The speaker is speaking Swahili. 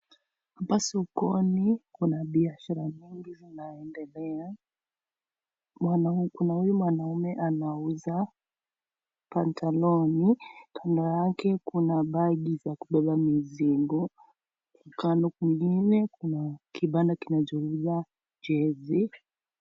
Hapa sokoni kuna biashara mengi zinaendelea. Kuna huyu mwanaume anauza panta long'i, nyuma yake kuna bags za kubeba mizigo. Upande mwingine kuna kibanda kinachouza jesi.